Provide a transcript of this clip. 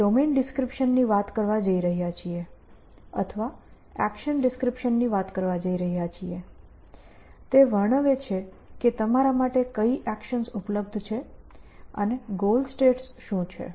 આપણે domain description ની વાત કરવા જઈ રહ્યા છીએ અથવા એકશન ડિસ્ક્રિપ્શન ની વાત કરવા જઈ રહ્યા છીએ તે વર્ણવે છે કે તમારા માટે કઈ એકશન્સ ઉપલબ્ધ છે અને ગોલ સ્ટેટ્સ શું છે